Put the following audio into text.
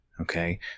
Okay